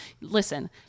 Listen